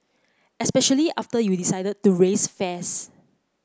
especially after you decided to raise fares